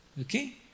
Okay